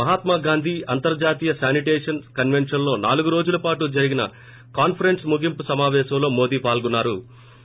మహాత్మాగాంధీ అంతర్హాతీయ శానిటేషన్ కన్వెన్షన్లో నాలుగు రోజుల పాటు జరిగిన కాన్సరెస్స్ ముగింపు సమావేశంలో మోదీ పాల్గొన్నాపోరు